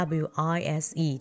wise